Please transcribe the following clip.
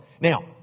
Now